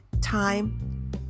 time